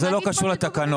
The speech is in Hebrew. זה לא קשור לתקנות.